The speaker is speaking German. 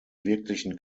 wirklichen